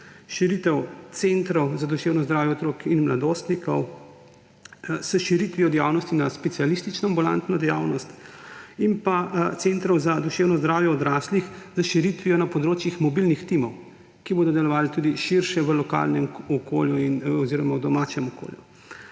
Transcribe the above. širitev centrov za duševno zdravje otrok in mladostnikov s širitvijo dejavnosti na specialistično ambulantno dejavnost in centrov za duševno zdravje odraslih s širitvijo na področjih mobilnih timov, ki bodo delovali tudi širše v lokalnem okolju oziroma v domačem okolju.